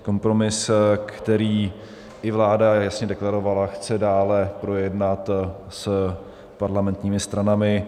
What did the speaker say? Kompromis, který i vláda jasně deklarovala, chce dále projednat s parlamentními stranami.